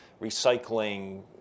recycling